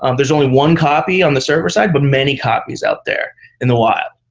um there's only one copy on the server side, but many copies out there in the wild.